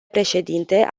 președinte